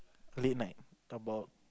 late night about